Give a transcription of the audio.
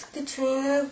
Katrina